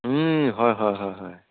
হয় হয় হয় হয়